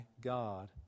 God